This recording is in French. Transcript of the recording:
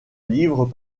livrent